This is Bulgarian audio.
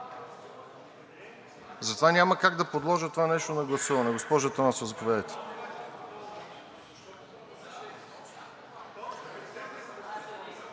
Затова няма как да подложа това нещо на гласуване. Госпожо Атанасова,